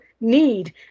need